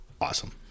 awesome